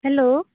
hello